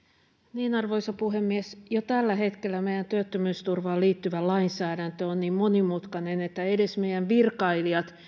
arvoisa puhemies jo tällä hetkellä meidän työttömyysturvaan liittyvä lainsäädäntö on niin monimutkainen että edes meidän virkailijat